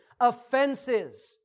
Offenses